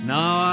Now